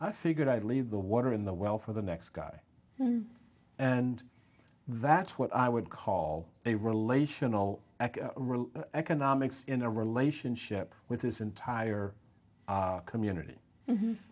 i figured i'd leave the water in the well for the next guy and that's what i would call a relational economics in a relationship with this entire community